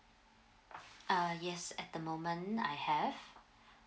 uh yes at the moment I have